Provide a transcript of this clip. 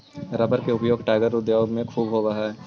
rubber के उपयोग tyre उद्योग में ख़ूब होवऽ हई